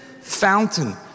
fountain